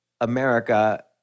America